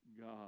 God